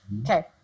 Okay